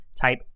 type